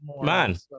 Man